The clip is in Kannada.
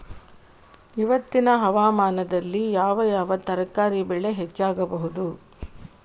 ಇವತ್ತಿನ ಹವಾಮಾನದಲ್ಲಿ ಯಾವ ಯಾವ ತರಕಾರಿ ಬೆಳೆ ಹೆಚ್ಚಾಗಬಹುದು?